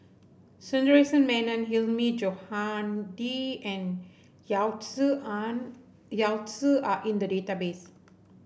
Sundaresh Menon Hilmi Johandi and Yao Zi Yao Zi are in the database